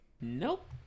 Nope